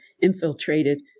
infiltrated